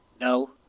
No